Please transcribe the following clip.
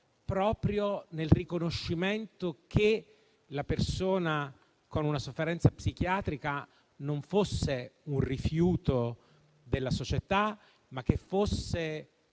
proprio dal riconoscimento che la persona con una sofferenza psichiatrica non fosse un rifiuto della società, ma qualcuno